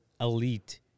elite